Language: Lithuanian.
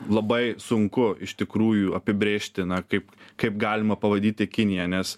labai sunku iš tikrųjų apibrėžti na kaip kaip galima pavadinti kiniją nes